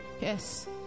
Yes